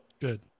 good